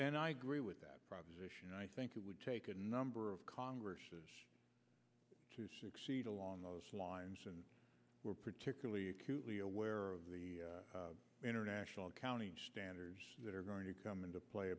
and i agree with that proposition and i think it would take a number of congress has exceeded along those lines and we're particularly acutely aware of the international accounting standards that are going to come into play